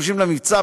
הדרושים למבצע,